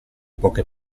poche